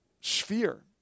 sphere